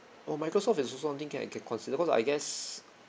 oh microsoft is also one thing can I can consider cause I guess